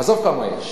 עזוב כמה יש.